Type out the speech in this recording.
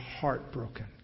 heartbroken